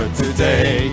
today